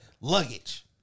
luggage